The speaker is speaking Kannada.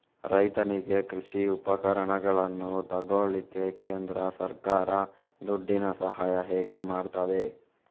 ರೈತನಿಗೆ ಕೃಷಿ ಉಪಕರಣಗಳನ್ನು ತೆಗೊಳ್ಳಿಕ್ಕೆ ಕೇಂದ್ರ ಸರ್ಕಾರ ದುಡ್ಡಿನ ಸಹಾಯ ಹೇಗೆ ಮಾಡ್ತದೆ?